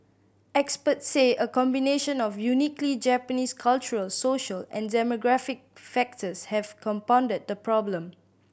experts say a combination of uniquely Japanese cultural social and demographic factors have compounded the problem